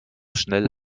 schnell